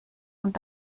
und